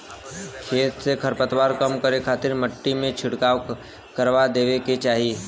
खेत से खरपतवार कम करे खातिर मट्टी में छिड़काव करवा देवे के चाही